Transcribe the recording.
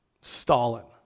Stalin